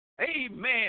Amen